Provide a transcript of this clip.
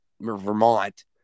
Vermont